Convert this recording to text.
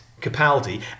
Capaldi